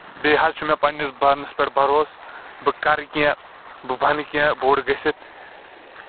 بیٚیہِ حظ چھُ مےٚ پَنٕنِس پانَس پٮ۪ٹھ بروسہٕ بہٕ کرٕ کیٚنٛہہ بہٕ بَنہٕ کیٚنٛہہ بوٚڑ گٔژھِتھ